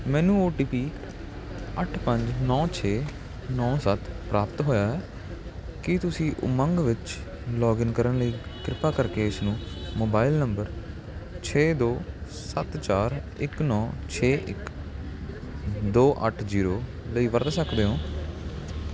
ਮੈਨੂੰ O T P ਅੱਠ ਪੰਜ ਨੌ ਛੇ ਨੌ ਸੱਤ ਪ੍ਰਾਪਤ ਹੋਇਆ ਕੀ ਤੁਸੀਂ ਉਮੰਗ ਵਿੱਚ ਲੌਗਇਨ ਕਰਨ ਲਈ ਕਿਰਪਾ ਕਰਕੇ ਇਸਨੂੰ ਮੋਬਾਈਲ ਨੰਬਰ ਛੇ ਦੋ ਸੱਤ ਚਾਰ ਇੱਕ ਨੌ ਛੇ ਇੱਕ ਦੋ ਅੱਠ ਜ਼ੀਰੋ ਲਈ ਵਰਤ ਸਕਦੇ ਹੋ